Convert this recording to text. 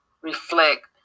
reflect